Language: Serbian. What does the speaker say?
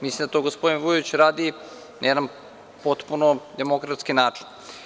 Mislim da to gospodin Vujović radi na jedan potpuno demokratski način.